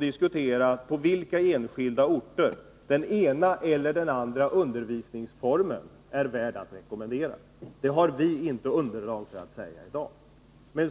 diskuterat på vilka enskilda orter den ena eller den andra undervisningsformen bör rekommenderas. Det saknas underlag för att säga någonting om detta i dag.